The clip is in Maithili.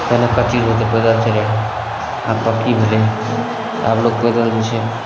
पहिले कच्ची रहय तऽ पहिले चलि आबय आब पक्की भेलयहँ आब लोग पैदल जे छै